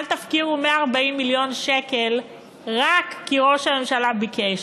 אל תפקירו 140 מיליון שקל רק כי ראש הממשלה ביקש.